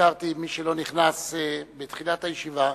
למי שלא נכנס בתחילת הישיבה,